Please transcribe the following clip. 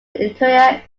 interior